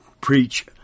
preach